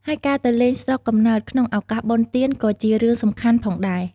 ហើយការទៅលេងស្រុកកំណើតក្នុងឱកាសបុណ្យទានក៏ជារឿងសំខាន់ផងដែរ។